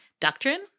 doctrine